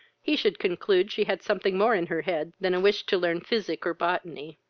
he should conclude she had something more in her head than a wish to learn physic or botany.